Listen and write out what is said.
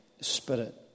spirit